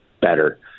better